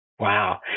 Wow